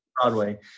Broadway